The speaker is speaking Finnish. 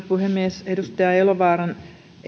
puhemies edustaja elovaaran